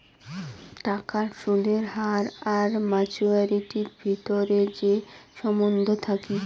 টাকার সুদের হার আর মাচুয়ারিটির ভিতরে যে সম্বন্ধ থাকি